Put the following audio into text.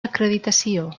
acreditació